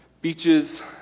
beaches